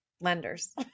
lenders